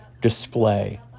display